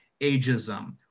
ageism